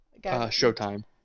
Showtime